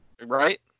Right